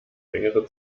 längere